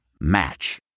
Match